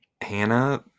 Hannah